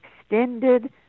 extended